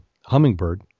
Hummingbird